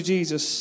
Jesus